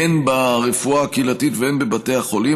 הן ברפואה הקהילתית והן בבתי החולים,